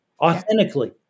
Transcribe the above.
authentically